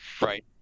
Right